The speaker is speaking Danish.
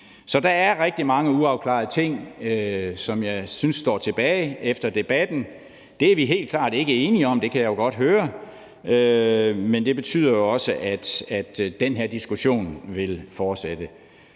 Så der er rigtig mange uafklarede ting, som jeg synes står tilbage efter debatten. Det er vi helt klart ikke enige om – det kan jeg godt høre – men det betyder jo også, at den her diskussion vil fortsætte.